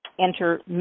enter